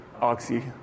Oxy